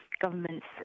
governments